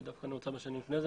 היא דווקא נעוצה בשנים שלפני כן.